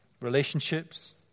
relationships